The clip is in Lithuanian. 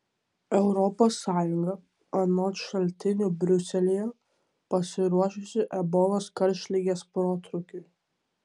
europos sąjunga anot šaltinių briuselyje pasiruošusi ebolos karštligės protrūkiui